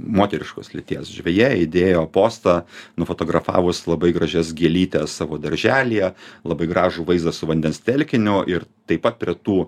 moteriškos lyties žvejė įdėjo postą nufotografavus labai gražias gėlytes savo darželyje labai gražų vaizdą su vandens telkiniu ir taip pat prie tų